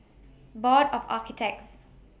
Board of Architects